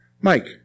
Mike